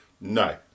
No